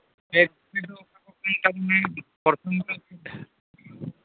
ᱯᱷᱮᱰ ᱨᱮᱫᱚ ᱚᱠᱟ ᱠᱚ ᱠᱟᱱ ᱛᱟᱵᱱᱟ ᱯᱨᱚᱛᱷᱚᱢ ᱫᱚ